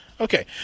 Okay